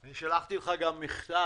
אני שלחתי לך גם מכתב.